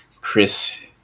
Chris